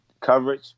Coverage